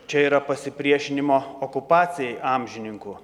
čia yra pasipriešinimo okupacijai amžininkų